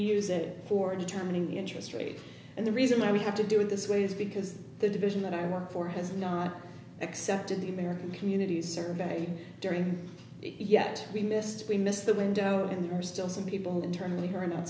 use it for determining the interest rate and the reason why we have to do it this way is because the division that i work for has not accepted the american community survey during yet we missed we missed the window and there are still some people who internally are not